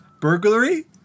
burglary